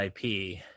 IP